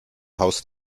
haus